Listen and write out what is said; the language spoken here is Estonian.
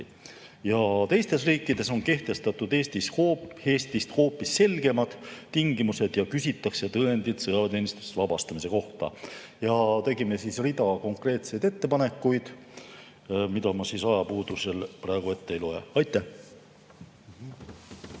Teistes riikides on kehtestatud Eestist hoopis selgemad tingimused ja küsitakse tõendeid sõjaväeteenistusest vabastamise kohta. Tegime rea konkreetseid ettepanekuid, mida ma ajapuudusel praegu ette ei loe. Aitäh!